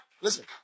Listen